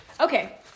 Okay